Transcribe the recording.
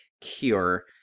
cure